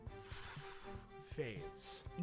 fades